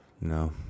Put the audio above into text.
No